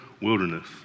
wilderness